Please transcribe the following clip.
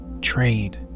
trade